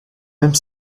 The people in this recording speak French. même